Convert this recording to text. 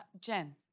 Jen